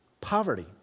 poverty